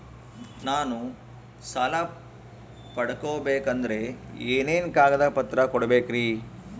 ನಾನು ಸಾಲ ಪಡಕೋಬೇಕಂದರೆ ಏನೇನು ಕಾಗದ ಪತ್ರ ಕೋಡಬೇಕ್ರಿ?